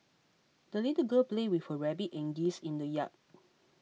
the little girl played with her rabbit and geese in the yard